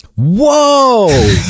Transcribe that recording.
whoa